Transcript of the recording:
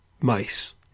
mice